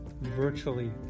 virtually